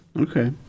okay